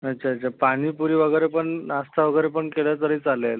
अच्छा अच्छा पाणीपुरी वगैरे पण नाश्ता वगैरे पण केला तरी चालेल